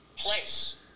Place